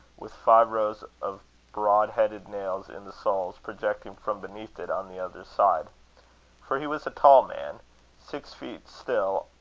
with five rows of broad-headed nails in the soles, projecting from beneath it on the other side for he was a tall man six feet still,